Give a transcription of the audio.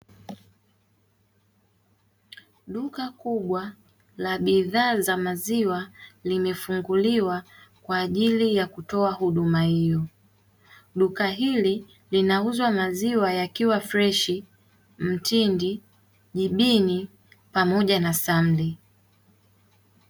Duka kubwa la bidhaa za maziwa limefunguliwa kwa ajili ya kutoa huduma hiyo duka hili linauza maziwa yakiwa freshi, mtindi, jibini pamoja na samli.